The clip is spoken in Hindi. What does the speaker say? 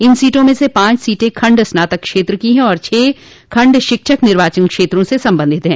इन सीटों में से पांच सीटें खंड स्नातक क्षेत्र की है और छह खंड शिक्षक निर्वाचन क्षेत्रों से संबंधित है